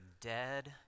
dead